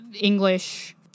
English